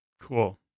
Cool